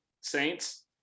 Saints